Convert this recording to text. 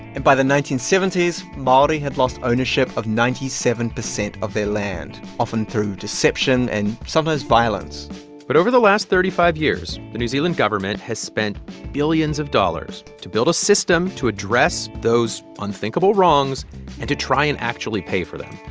and by the nineteen seventy s, maori had lost ownership of ninety seven percent of their land, often through deception and sometimes violence violence but over the last thirty five years, the new zealand government has spent billions of dollars to build a system to address those unthinkable wrongs and to try and actually pay for them.